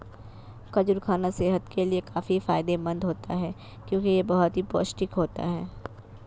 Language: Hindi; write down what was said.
खजूर खाना सेहत के लिए काफी फायदेमंद होता है क्योंकि यह बहुत ही पौष्टिक होता है